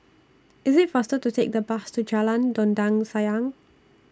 IS IT faster to Take The Bus to Jalan Dondang Sayang